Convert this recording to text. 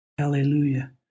Hallelujah